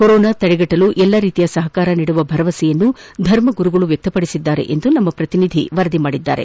corona ತಡೆಗಟ್ಟಲು ಎಲ್ಲ ರೀತಿಯ ಸಪಕಾರ ನೀಡುವ ಭರವಸೆಯನ್ನು ಧರ್ಮಗುರುಗಳು ವ್ಯಕ್ತಪಡಿಸಿದ್ದಾರೆ ಎಂದು ನಮ್ಮ ಪ್ರತಿನಿಧಿ ವರದಿ ಮಾಡಿದ್ದಾರೆ